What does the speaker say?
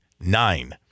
nine